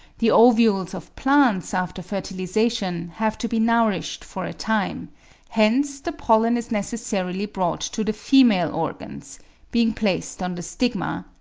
the ovules of plants after fertilisation have to be nourished for a time hence the pollen is necessarily brought to the female organs being placed on the stigma,